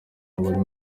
abari